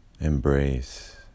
embrace